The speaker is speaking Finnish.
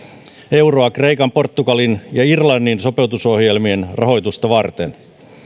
euroa kreikan portugalin ja irlannin sopeutusohjelmien rahoitusta varten